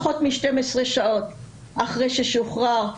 פחות מ-12 שעות אחרי ששוחרר משלוותה,